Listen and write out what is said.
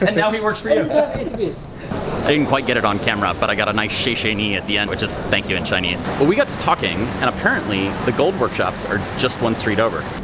and now he works for yeah you! i didn't quite get it on camera, but i got a nice xie xie ni at the end which is thank you in chinese, but we got to talking and apparently the gold workshops are just one street over.